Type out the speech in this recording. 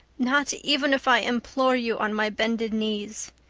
not even if i implore you on my bended knees.